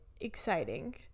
exciting